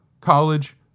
college